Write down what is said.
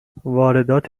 واردات